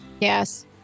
Yes